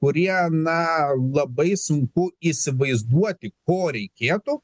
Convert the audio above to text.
kurie na labai sunku įsivaizduoti ko reikėtų